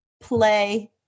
Play